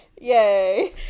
Yay